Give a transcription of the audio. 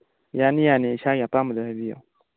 ꯌꯥꯅꯤ ꯌꯥꯅꯤ ꯏꯁꯥꯒꯤ ꯑꯄꯥꯝꯕꯗꯨ ꯍꯥꯏꯕꯤꯌꯨ